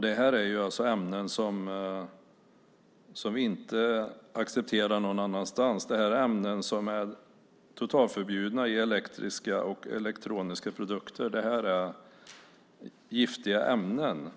Det är alltså ämnen som inte är accepterade någon annanstans. Det är ämnen som är totalförbjudna i elektriska och elektroniska produkter. Det är giftiga ämnen.